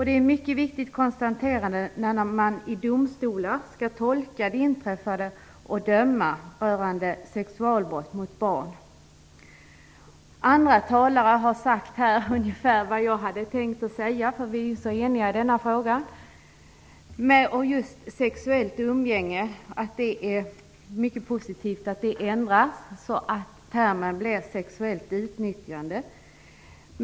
Det är ett mycket viktigt konstaterande när man i domstolar skall tolka det inträffade och döma i mål rörande sexualbrott mot barn. Andra talare här har sagt ungefär vad jag hade tänkt att säga, för vi är ju så eniga i denna fråga. Det är mycket positivt att begreppet sexuellt umgänge har ändrats till sexuellt utnyttjande.